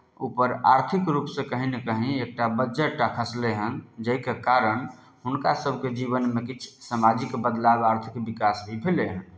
ऊपर आर्थिक रूपसँ कहीँ ने कहीँ एकटा बज्जर टा खसलै हन जाहइके कारण हुनकासभके जीवनमे किछु सामाजिक बदलाव आर्थिक विकास भी भेलै